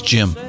Jim